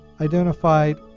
identified